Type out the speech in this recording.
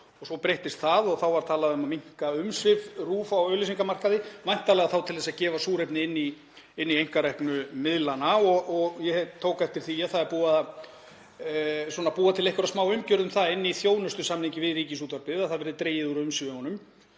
Svo breyttist það og þá var talað um að minnka umsvif RÚV á auglýsingamarkaði, væntanlega þá til þess að gefa súrefni inn í einkareknu miðlana. Ég tók eftir því að það er búið að búa til einhverja smáumgjörð um það inni í þjónustusamningi við Ríkisútvarpið að dregið verði úr umsvifunum.